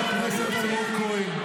אתם צבועים.